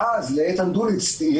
ואז לאיתן דוניץ,